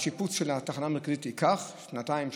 השיפוץ של התחנה המרכזית ייקח שנתיים,